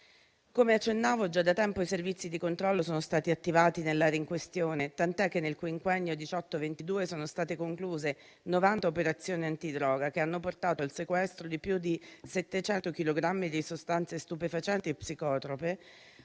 Come accennavo, già da tempo i servizi di controllo sono stati attivati nell'area in questione, tant'è che nel quinquennio 2018-2022 sono state concluse 90 operazioni antidroga, che hanno portato al sequestro di più di 700 chilogrammi di sostanze stupefacenti e psicotrope